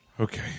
Okay